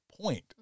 point